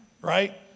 right